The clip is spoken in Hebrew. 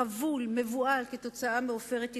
חבול ומבוהל כתוצאה מ"עופרת יצוקה".